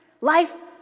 life